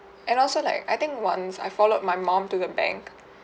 and also like I think once I followed my mom to the bank